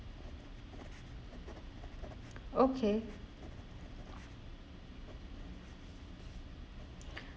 okay